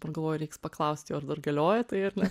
dabar galvoju reiks paklausti ar dar galioja tai ar ne